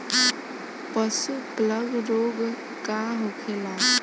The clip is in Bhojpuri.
पशु प्लग रोग का होखेला?